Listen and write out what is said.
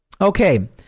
Okay